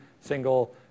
single